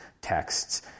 texts